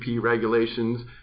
regulations